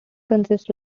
consists